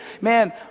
man